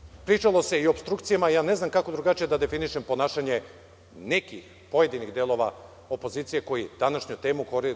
svačemu. Pričalo se i o opstrukcijama, ja ne znam kako drugačije da definišem ponašanje nekih pojedinih delova opozicije koji